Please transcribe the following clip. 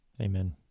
Amen